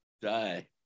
Die